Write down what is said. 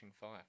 fire